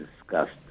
discussed